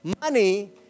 Money